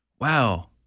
wow